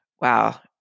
wow